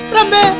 Rambe